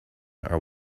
are